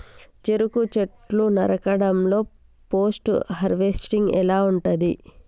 చెరుకు చెట్లు నరకడం లో పోస్ట్ హార్వెస్టింగ్ ఎలా ఉంటది?